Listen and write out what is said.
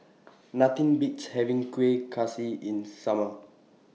Nothing Beats having Kueh Kaswi in Summer